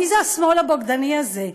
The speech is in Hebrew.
מי זה השמאל הבוגדני הזה,